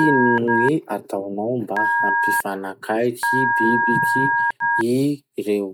Ino gny ataonao mba hampifanakaiky bibiky ii reo?